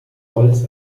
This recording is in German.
holz